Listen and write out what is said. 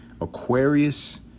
aquarius